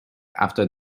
after